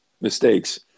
mistakes